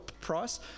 price